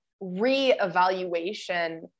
re-evaluation